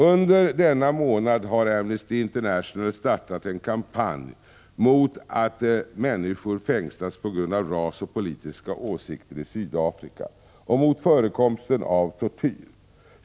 Under denna månad har Amnesty International startat en kampanj mot att människor i Sydafrika fängslas på grund av ras och politiska åsikter och mot förekomsten av tortyr.